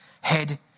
Head